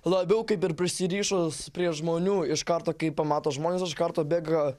labiau kaip ir prisirišus prie žmonių iš karto kai pamato žmones iš karto bėga